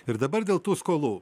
ir dabar dėl tų skolų